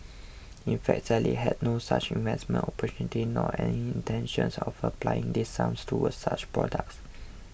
in fact Sally had no such investment opportunity nor any intention of applying these sums towards such products